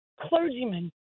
clergymen